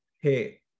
hey